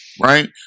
right